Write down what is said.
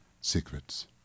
secrets